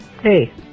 Hey